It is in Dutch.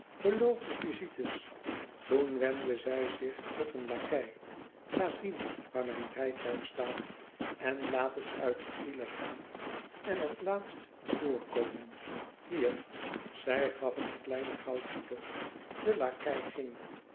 beloofde visites toen wendde zij zich tot een lakei ga zien waar mijn rijtuig staat en laat het uit de file gaan en het laatst voorkomen hier zij gaf een klein goudstuk de lakei ging